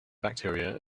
bacteria